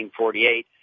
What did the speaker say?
1948